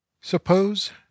suppose